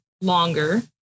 longer